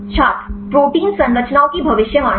छात्र प्रोटीन संरचनाओं की भविष्यवाणी